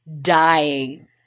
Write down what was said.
dying